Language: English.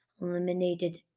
eliminated